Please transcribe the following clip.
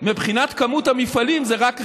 מבחינת כמות המפעלים זה רק רבע,